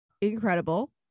incredible